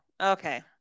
Okay